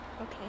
Okay